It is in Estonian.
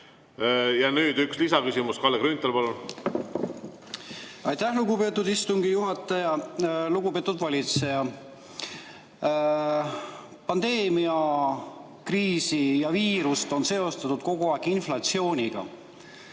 Ja nüüd üks lisaküsimus. Kalle Grünthal, palun! Aitäh, lugupeetud istungi juhataja! Lugupeetud valitseja! Pandeemiakriisi ja viirust on seostatud kogu aeg inflatsiooniga,